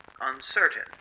uncertain